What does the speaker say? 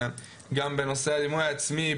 גם בנושא האמון העצמי,